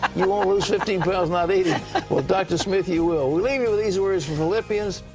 you won't lose fifteen pounds not eating. with dr. smith, you will. we leave you with these words from philippians.